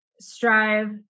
strive